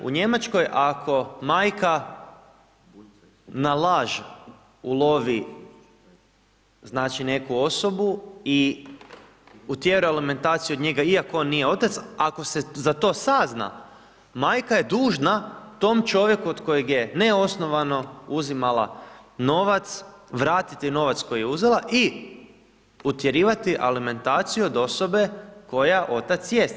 U Njemačkoj ako majka na laž ulovi znači neku osobu i utjera alimentaciju od njega, iako on nije otac, ako se za to sazna, majka je dužna tom čovjeku od kojeg je neosnovano uzimala novac, vratiti novac koji je uzela i utjerivati alimentaciju od osobe koja otac jest.